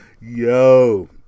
Yo